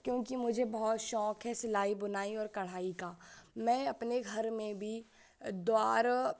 क्योंकि मुझे बहुत शौक़ है सिलाई बुनाई और कढ़ाई का मैं अपने घर में भी द्वार